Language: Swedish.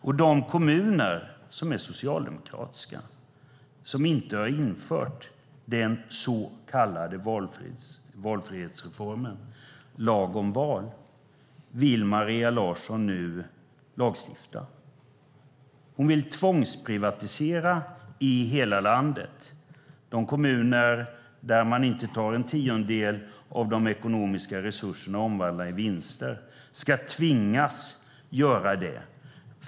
För de kommuner som är socialdemokratiska och som inte har infört den så kallade valfrihetsreformen, lag om valfrihetssystem, vill Maria Larsson nu lagstifta. Hon vill tvångsprivatisera i hela landet. De kommuner som inte tar en tiondel av de ekonomiska resurserna och omvandlar i vinster ska tvingas att göra det.